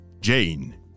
Jane